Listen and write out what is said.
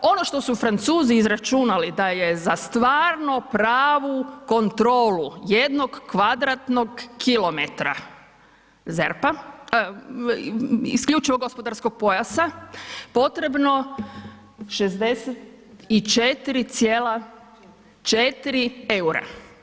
Ono što su Francuzi izračunali da je za stvarno pravu kontrolu jednog kvadratnog kilometra ZERP-a, isključivog gospodarskog pojasa potrebno 64,4 eura.